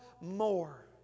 more